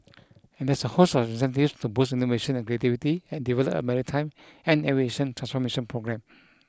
and there's a host of incentives to boost innovation and creativity and develop a maritime and aviation transformation programme